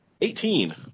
Eighteen